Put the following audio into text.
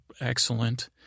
Excellent